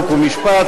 חוק ומשפט.